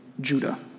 Judah